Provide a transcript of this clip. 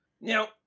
Now